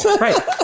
Right